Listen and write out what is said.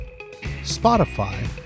Spotify